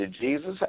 Jesus